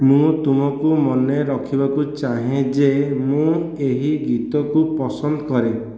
ମୁଁ ତୁମକୁ ମନେରଖିବାକୁ ଚାହେଁ ଯେ ମୁଁ ଏହି ଗୀତକୁ ପସନ୍ଦ କରେ